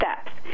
steps